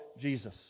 Jesus